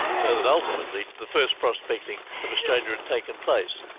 so that ultimately the first prospecting of australia had taken place.